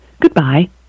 Goodbye